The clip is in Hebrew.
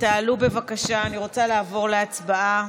תעלו בבקשה, אני רוצה לעבור להצבעה.